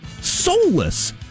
soulless